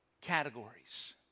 categories